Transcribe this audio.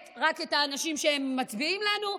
רק את האנשים שמצביעים לנו,